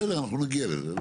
בסדר אנחנו נגיע לזה.